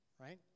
right